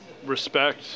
respect